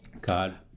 God